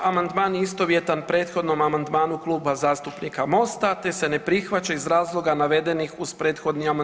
Amandman je istovjetan prethodnom amandmanu Kluba zastupnika Mosta te se ne prihvaća iz razloga navedenih uz prethodni amandman.